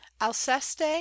Alceste